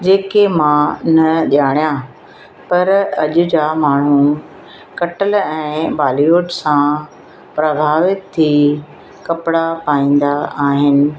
जेके मां न ॼाणिया पर अॼ जा माण्हू कटिल ऐं बॉलीवुड सां प्रभावित थी कपिड़ा पाईंदा आहिनि